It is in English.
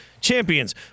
Champions